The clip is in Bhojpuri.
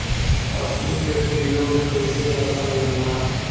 पशु के निरोग कईसे रखल जाला?